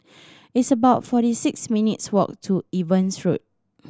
it's about forty six minutes' walk to Evans Road